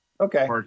Okay